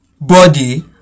body